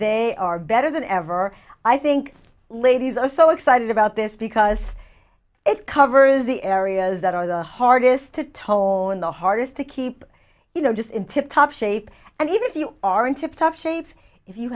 they are better than ever i think ladies are so excited about this because it covers the areas that are the hardest to toeing the hardest to keep you know just in tip top shape and even if you are in tip top shape if you